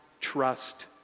trust